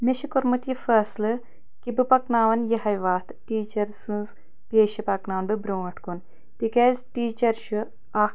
مےٚ چھُ کوٚرمُت یہِ فٲصلہٕ کہِ بہٕ پَکناوَن یِہٲے وَتھ ٹیٖچر سٕنٛز پیشہِ پَکناو بہٕ برٛونٛٹھ کُن تِکیٛازِ ٹیٖچر چھُ اکھ